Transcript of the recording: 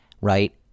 Right